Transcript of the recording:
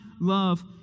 love